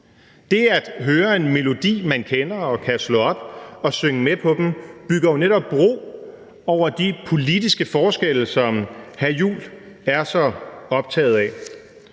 Det at høre en melodi, man kender og kan slå op og synge med på, bygger jo netop bro over de politiske forskelle, som hr. Christian Juhl er så optaget af.